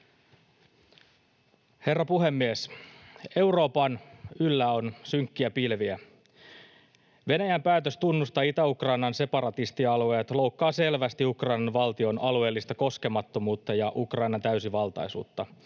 Herra puhemies! Euroopan yllä on synkkiä pilviä. Venäjän päätös tunnustaa Itä-Ukrainan separatistialueet loukkaa selvästi Ukrainan valtion alueellista koskemattomuutta ja Ukrainan täysivaltaisuutta.